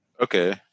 Okay